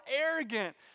arrogant